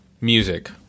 music